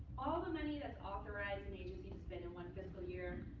all the money that's authorized an agency to spend in one fiscal year,